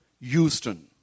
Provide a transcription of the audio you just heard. Houston